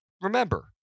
Remember